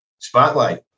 Spotlight